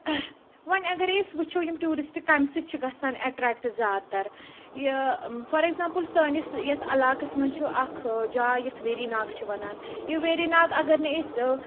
وۄنۍ اَگَرے أسۍ وٕچھو یِم ٹیورسٹ کمہ سۭتۍ چھِ گَژھان اَٹریکٹ زیادٕ تَر یہِ فار ایٚگزامپٕل سٲنِس یتھ عَلاقَس مَنٛز چھُ اکھ جاے یتھ ویری ناگ چھِ وَنان یہِ ویری ناگ اَگَر نہٕ أسۍ